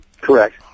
Correct